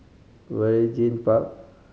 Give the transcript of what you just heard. Waringin Park